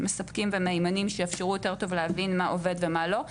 מספקים ומהימנים שיאפשרו יותר טוב להבין מה עובד ומה לא.